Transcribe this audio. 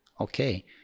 okay